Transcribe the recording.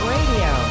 Radio